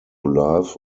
love